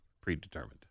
predetermined